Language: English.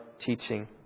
teaching